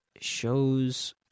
Shows